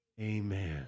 amen